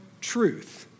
truth